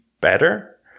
better